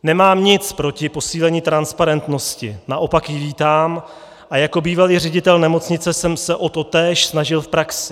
Nemám nic proti posílení transparentnosti, naopak ji vítám a jako bývalý ředitel nemocnice jsem se o totéž snažil v praxi.